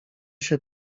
się